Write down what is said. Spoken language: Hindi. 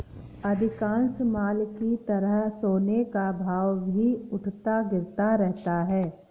अधिकांश माल की तरह सोने का भाव भी उठता गिरता रहता है